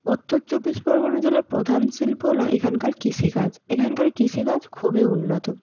উত্তর চব্বিশ পরগনা জেলার প্রধান শিল্প হল এখানকার কৃ্ৃষিকাজ এখানকার কৃষিকাজ খুবই উন্নত